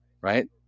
Right